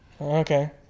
Okay